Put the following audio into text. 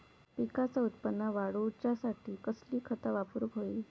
पिकाचा उत्पन वाढवूच्यासाठी कसली खता वापरूक होई?